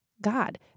God